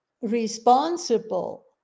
responsible